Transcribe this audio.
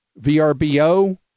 VRBO